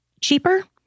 cheaper